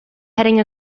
heading